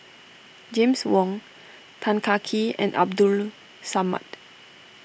James Wong Tan Kah Kee and Abdul Samad